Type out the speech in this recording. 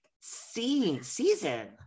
season